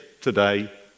today